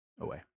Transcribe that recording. away